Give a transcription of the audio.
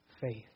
faith